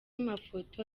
mafoto